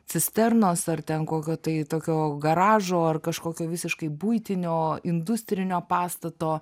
cisternos ar ten kokio tai tokio garažo ar kažkokio visiškai buitinio industrinio pastato